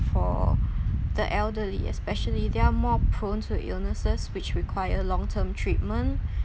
for the elderly especially they are more prone to illnesses which require long term treatment